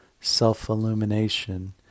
self-illumination